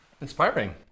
Inspiring